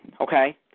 okay